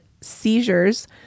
seizures